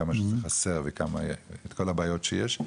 כמה שזה חסר ואת כל הבעיות שיש,